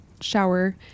shower